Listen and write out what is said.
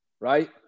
right